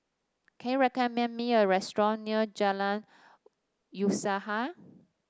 can you recommend me a restaurant near Jalan Usaha